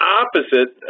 opposite